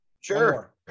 Sure